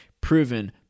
proven